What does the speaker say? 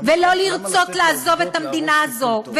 ולא לרצות לעזוב את המדינה הזאת,